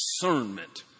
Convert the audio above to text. discernment